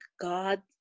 God